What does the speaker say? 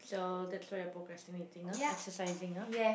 so that's why you procrastinating ah exercising ah